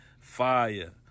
Fire